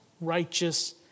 righteous